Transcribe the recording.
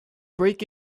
break